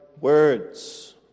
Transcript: words